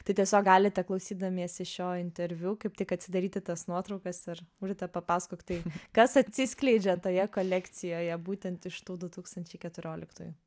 tai tiesiog galite klausydamiesi šio interviu kaip tik atsidaryti tas nuotraukas ir urte papasakok tai kas atsiskleidžia toje kolekcijoje būtent iš tų du tūkstančiai keturioliktųjų